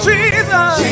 Jesus